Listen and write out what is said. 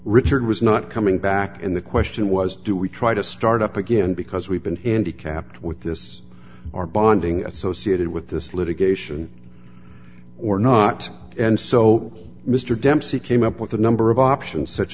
richard was not coming back and the question was do we try to start up again because we've been and he kept with this or bonding associated with this litigation or not and so mr dempsey came up with a number of options such